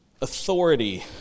Authority